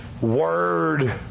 word